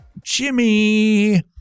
Jimmy